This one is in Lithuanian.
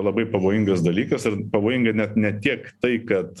labai pavojingas dalykas ir pavojinga net ne tiek tai kad